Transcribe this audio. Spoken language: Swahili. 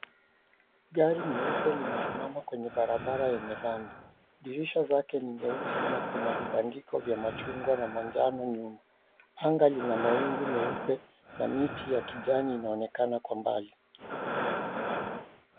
Gari nyeupe imesimama kwenye barabara yenye lami dirisha zake ni nyeusi na kuna vibandiko vya machungwa na manjano nyuma, anga iko na mawingu meupe na miti ya kijani inaonekana kwa mbali.